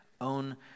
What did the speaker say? own